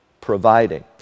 providing